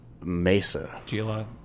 Mesa